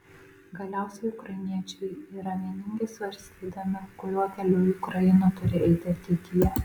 galiausiai ukrainiečiai yra vieningi svarstydami kuriuo keliu ukraina turi eiti ateityje